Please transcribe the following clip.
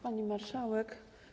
Pani Marszałek!